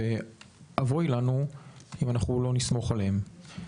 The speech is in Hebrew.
ואבוי לנו אם לא נסמוך עליהם.